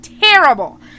terrible